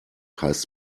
heißt